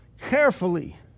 carefully